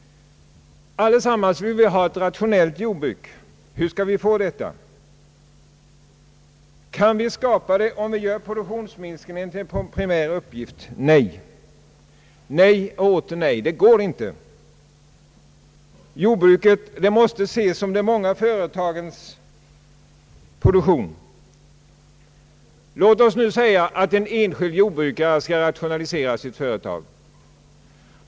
Alla vill vi ha ett rationellt jordbruk. Hur skall vi få det? Kan vi skapa det om vi gör produktionsminskningen till en primär uppgift? Nej! Nej och åter nej! Det går inte. Jordbruket måste ses som de många företagens produktion. Låt oss säga att en enskild jordbrukare skall rationalisera sitt företag.